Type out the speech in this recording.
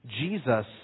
Jesus